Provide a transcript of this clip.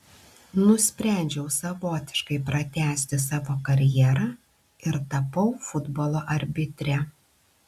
nusprendžiau savotiškai pratęsti savo karjerą ir tapau futbolo arbitre